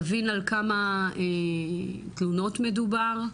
נבין על כמה תלונות מדובר.